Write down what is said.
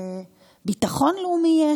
לביטחון לאומי.